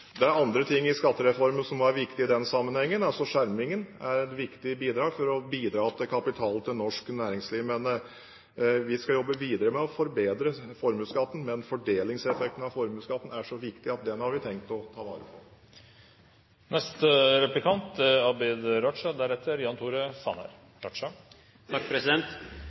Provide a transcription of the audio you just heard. Det er andre ting i skattereformen som også er viktig i den sammenhengen. Skjermingen er et viktig bidrag til å bidra til kapital til norsk næringsliv. Vi skal jobbe videre med å forbedre formuesskatten, men fordelingseffekten av formuesskatten er så viktig at den har vi tenkt å ta vare på.